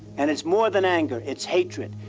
and it's more than anger, it's hatred.